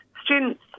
Students